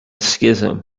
schism